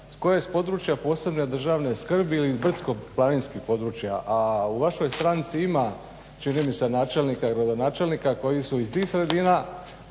tko je s područja posebne državni skrbi ili brdsko-planinskog područja, a u vašoj stranci ima čini mi se načelnika i gradonačelnika koji su iz tih sredina